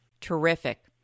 Terrific